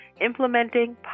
implementing